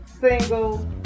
single